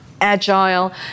agile